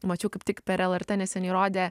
mačiau kaip tik per lrt neseniai rodė